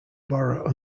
bora